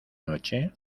noche